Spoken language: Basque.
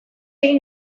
egin